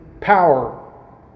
power